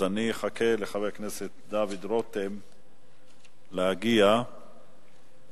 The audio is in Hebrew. אז אני אחכה לחבר הכנסת דוד רותם שיגיע למקומו.